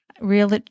Real